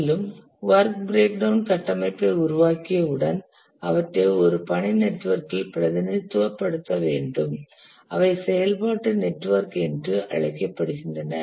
மேலும் work breakdown கட்டமைப்பை உருவாக்கிய உடன் அவற்றை ஒரு பணி நெட்வொர்க்கில் பிரதிநிதித்துவப்படுத்த வேண்டும் அவை செயல்பாட்டு நெட்வொர்க் என்று அழைக்கப்படுகின்றன